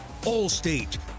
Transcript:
Allstate